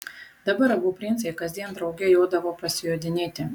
dabar abu princai kasdien drauge jodavo pasijodinėti